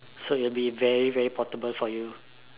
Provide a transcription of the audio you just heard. so it will be very very portable for you